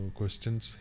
questions